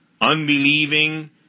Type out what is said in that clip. unbelieving